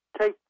take